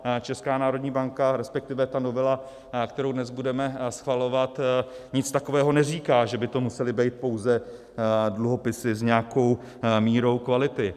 A Česká národní banka, respektive ta novela, kterou dnes budeme schvalovat, nic takového neříká, že by to musely být pouze dluhopisy s nějakou míry kvality.